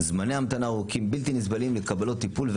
זמני המתנה ארוכים ובלתי נסבלים לקבלת טיפול,